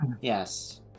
Yes